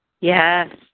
Yes